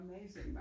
amazing